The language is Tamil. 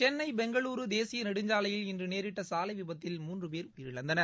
சென்னை பெங்களூரு தேசிய நெடுஞ்சலையில் இன்று நேரிட்ட சாலை விபத்தில் மூன்று போ உயிரிழந்தனர்